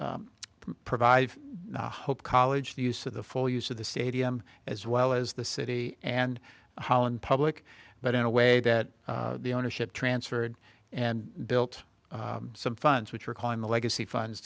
provide hope college the use of the full use of the stadium as well as the city and holland public but in a way that the ownership transferred and built some funds which are calling the legacy funds